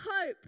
hope